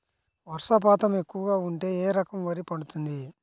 వర్షపాతం ఎక్కువగా ఉంటే ఏ రకం వరి పండుతుంది?